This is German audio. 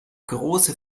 große